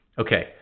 Okay